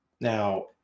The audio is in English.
Now